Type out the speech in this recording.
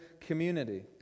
community